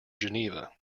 geneva